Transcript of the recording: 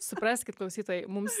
supraskit klausytojai mums